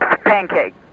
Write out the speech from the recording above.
pancake